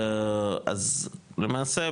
אז למעשה,